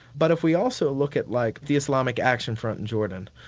but if we also look at like the islamic action front in jordan,